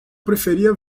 preferia